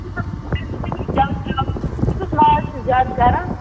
ماز چھُ زیادٕ کَران